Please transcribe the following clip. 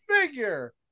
figure